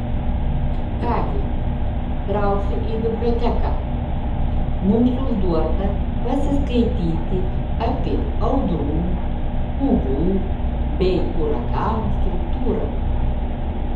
ką gi trauksiu į biblioteką mums užduota pasiskaityti apie audrų pūgų bei uraganų struktūrą